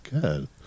Good